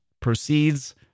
Proceeds